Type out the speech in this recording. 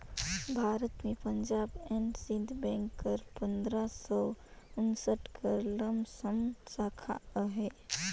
भारत में Punjab and Sind bank कर पंदरा सव उन्सठ कर लमसम साखा अहे